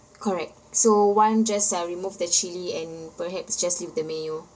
correct so one just uh remove the chilli and perhaps just leave the mayo